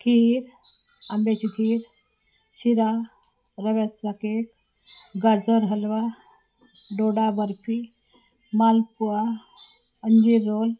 खीर आंब्याची खीर शिरा रव्याचा केक गाजर हलवा डोडा बर्फी मालपुहा अंजीर रोल